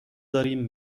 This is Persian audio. داریم